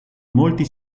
molti